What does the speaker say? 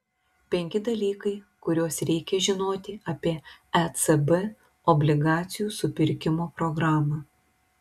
penki dalykai kuriuos reikia žinoti apie ecb obligacijų supirkimo programą